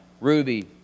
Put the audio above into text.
ruby